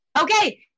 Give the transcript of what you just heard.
Okay